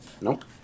Nope